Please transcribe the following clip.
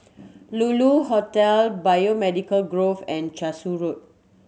Lulu Hotel Biomedical Grove and Cashew Road